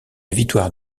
victoire